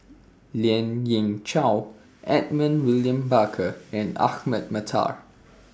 Lien Ying Chow Edmund William Barker and Ahmad Mattar